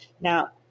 Now